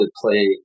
play